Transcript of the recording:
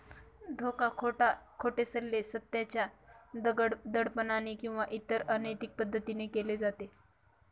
धोका, खोटे सल्ले, सत्याच्या दडपणाने किंवा इतर अनैतिक पद्धतीने केले जाते